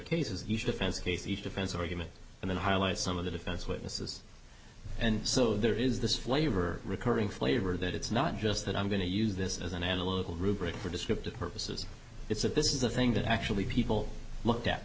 casey's defense argument and then highlight some of the defense witnesses and so there is this flavor recurring flavor that it's not just that i'm going to use this as an analytical rubric for descriptive purposes it's that this is a thing that actually people looked at